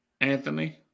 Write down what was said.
Anthony